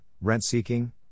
rent-seeking